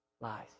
Lies